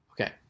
Okay